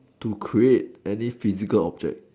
to create at least physical object